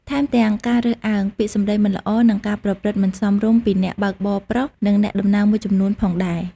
ថែមទាំងការរើសអើង ពាក្យសម្ដីមិនល្អ និងការប្រព្រឹត្តមិនសមរម្យពីអ្នកបើកបរប្រុស និងអ្នកដំណើរមួយចំនួនផងដែរ។